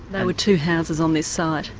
they were two houses on this site?